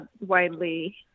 widely